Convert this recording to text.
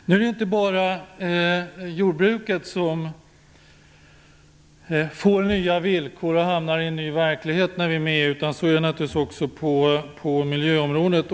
Nu är det inte bara jordbruket som får nya villkor och hamnar i en ny verklighet när vi är med i EU, utan det gäller naturligtvis också på miljöområdet.